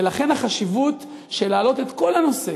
ולכן החשיבות של להעלות את כל הנושא